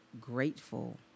grateful